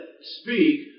speak